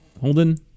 Holden